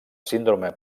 síndrome